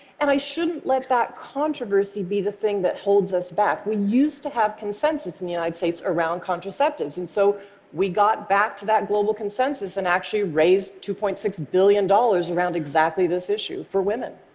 and i shouldn't let that controversy be the thing that holds us back. we used to have consensus in the united states around contraceptives, and so we got back to that global consensus, and actually raised two point six billion dollars around exactly this issue for women.